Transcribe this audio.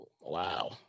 Wow